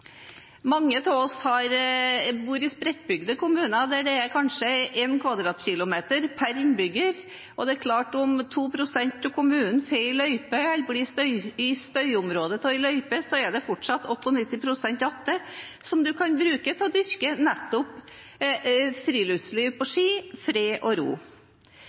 Mange av oss bor i spredtbygde kommuner der det kanskje er 1 km2 per innbygger, og det er klart at hvis 2 pst. av kommunen får en løype eller blir i støyområdet av en løype, er det fortsatt 98 pst. igjen som en kan bruke til å dyrke nettopp friluftsliv på ski, i fred og ro.